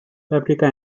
paprika